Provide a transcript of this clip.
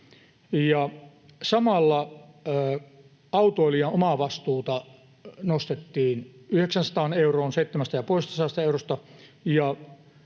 samalla autoilijan omavastuuta nostettiin 900 euroon 750 eurosta,